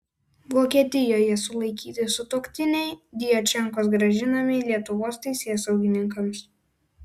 vokietijoje sulaikyti sutuoktiniai djačenkos grąžinami lietuvos teisėsaugininkams